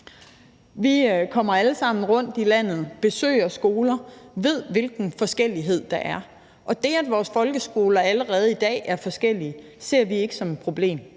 Vi kommer alle sammen rundt i landet og besøger skoler og ved, hvilken forskellighed der er, og det, at vores folkeskoler allerede i dag er forskellige, ser vi ikke som et problem;